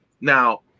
now